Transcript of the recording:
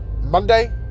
Monday